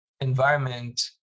environment